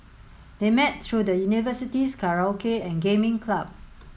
they met through the university's karaoke and gaming club